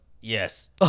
Yes